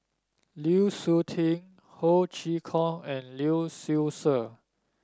Lu Suitin Ho Chee Kong and Lee Seow Ser